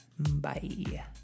Bye